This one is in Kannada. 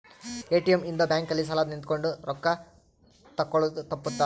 ಎ.ಟಿ.ಎಮ್ ಇಂದ ಬ್ಯಾಂಕ್ ಅಲ್ಲಿ ಸಾಲ್ ನಿಂತ್ಕೊಂಡ್ ರೊಕ್ಕ ತೆಕ್ಕೊಳೊದು ತಪ್ಪುತ್ತ